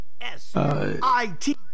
S-I-T